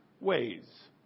ways